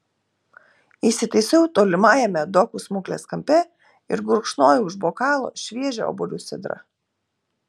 įsitaisiau tolimajame dokų smuklės kampe ir gurkšnojau iš bokalo šviežią obuolių sidrą